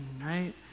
right